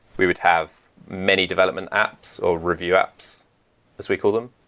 we would have many development apps or review apps as we call them,